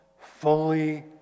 fully